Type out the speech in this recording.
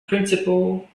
principle